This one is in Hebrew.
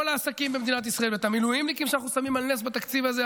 העסקים במדינת ישראל ואת המילואימניקים שאנחנו שמים על נס בתקציב הזה.